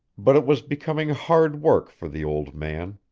but it was becoming hard work for the old man.